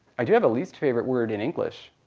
i do have a least favorite word in english.